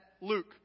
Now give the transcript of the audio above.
Luke